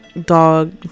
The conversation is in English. dog